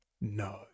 No